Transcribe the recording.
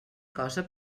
cosa